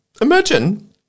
Imagine